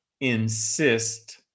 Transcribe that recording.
insist